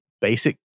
basic